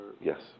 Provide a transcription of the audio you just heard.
Yes